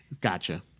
Gotcha